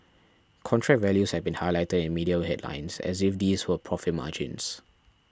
contract values have been highlighted in media headlines as if these were profit margins